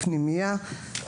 פנימייה,